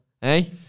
hey